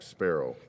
Sparrow